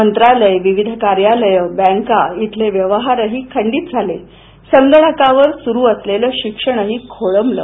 मंत्रालय विविध कार्यालये बँका क्षेले व्यवहारही खंडित झाले संगणकावर सुरू असलेलं शिक्षणही खोळबलं